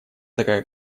такая